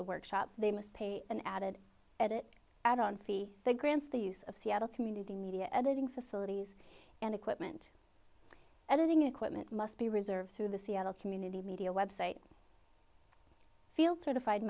the workshop they must pay an added edit out on fee grants the use of seattle community media editing facilities and equipment editing equipment must be reserved through the seattle community media website field